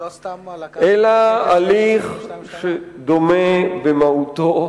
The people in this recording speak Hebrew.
אלא הליך שדומה במהותו